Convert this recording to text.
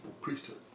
priesthood